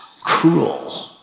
cruel